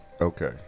Okay